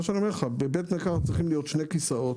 בבית מרקחת צריכים להיות שני כיסאות,